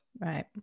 Right